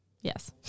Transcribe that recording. Yes